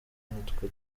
nitwe